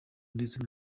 ndetse